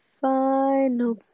final